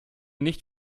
nicht